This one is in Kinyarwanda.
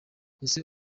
ese